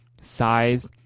size